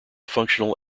functional